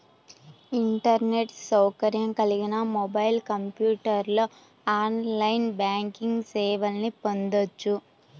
internet సౌకర్యం కలిగిన mobile, కంప్యూటర్లో ఆన్లైన్ బ్యాంకింగ్ సేవల్ని పొందొచ్చు